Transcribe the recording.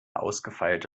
ausgefeilte